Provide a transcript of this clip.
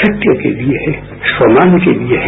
सत्य के लिए है सम्मान के लिए है